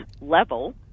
level